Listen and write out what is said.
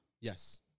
Yes